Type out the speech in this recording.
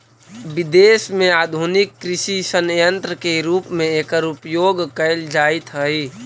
विदेश में आधुनिक कृषि सन्यन्त्र के रूप में एकर उपयोग कैल जाइत हई